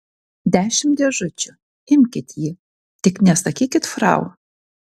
dešimt dėžučių imkit jį tik nesakykit frau